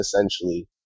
essentially